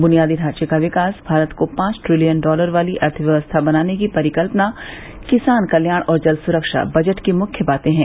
बुनियादी ढांचे का विकास भारत को पांच ट्रिलियन डालर वाली अर्थव्यवस्था बनाने की परिकल्पना किसान कल्याण और जल सुरक्षा बजट की मुख्य बाते हैं